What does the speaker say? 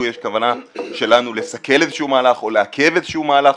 יש כוונה שלנו לסכל איזשהו מהלך או לעכב איזשהו מהלך